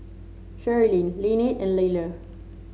Sherilyn Lynnette and Liller